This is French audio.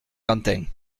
quentin